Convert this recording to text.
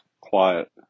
quiet